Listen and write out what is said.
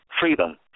freedom